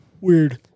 weird